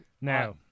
Now